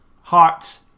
Hearts